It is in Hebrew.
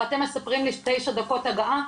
ואתם מספרים לי על תשע דקות הגעה?